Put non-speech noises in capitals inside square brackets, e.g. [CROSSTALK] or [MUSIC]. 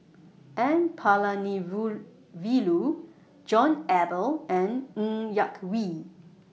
N [UNINTELLIGIBLE] John Eber and Ng Yak Whee